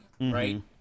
right